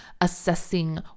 assessing